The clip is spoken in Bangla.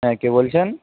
হ্যাঁ কে বলছেন